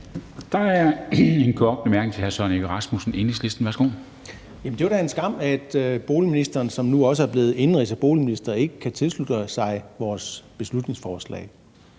Værsgo. Kl. 11:26 Søren Egge Rasmussen (EL): Jamen det var da en skam, at boligministeren, som nu også er blevet indenrigsminister, ikke kan tilslutte sig vores beslutningsforslag.